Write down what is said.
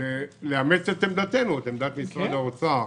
-- לאמץ את עמדתנו, את עמדת משרד האוצר.